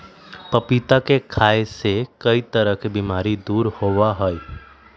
पपीता के खाय से कई तरह के बीमारी दूर होबा हई